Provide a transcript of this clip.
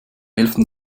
elften